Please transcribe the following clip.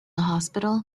hospital